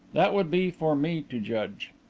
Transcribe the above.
that would be for me to judge.